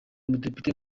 mudepite